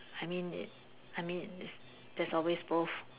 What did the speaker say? I mean it I mean it there's always both